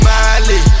Miley